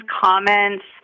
comments